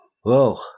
Whoa